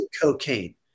cocaine